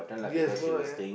yes don't like that